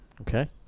Okay